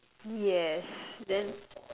yes then